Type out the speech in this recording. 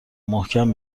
محکم